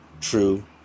true